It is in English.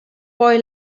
boy